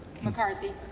McCarthy